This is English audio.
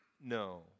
No